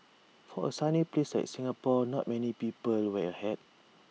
for A sunny place like Singapore not many people wear A hat